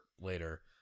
Later